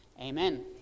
Amen